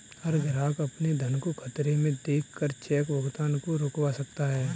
हर ग्राहक अपने धन को खतरे में देख कर चेक भुगतान को रुकवा सकता है